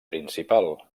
principal